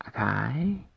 okay